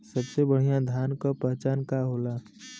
सबसे बढ़ियां धान का पहचान का होला?